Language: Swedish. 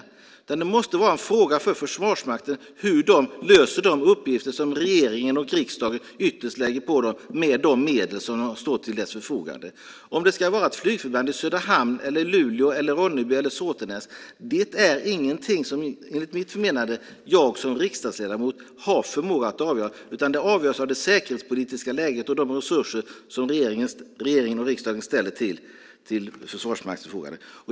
Det måste vara en fråga för Försvarsmakten hur de löser de uppgifter som regeringen och riksdagen ytterst lägger på dem med de medel som står till deras förfogande. Om det ska vara ett flygförband i Söderhamn, Luleå, Ronneby eller Såtenäs är enligt mitt förmenande ingenting som jag som riksdagsledamot har förmåga att avgöra, utan det avgörs av det säkerhetspolitiska läget och de resurser som regeringen och riksdagen ställer till Försvarsmaktens förfogande.